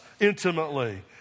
intimately